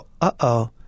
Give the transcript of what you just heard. uh-oh